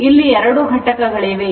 ಇಲ್ಲಿ 2 ಘಟಕಗಳಿವೆ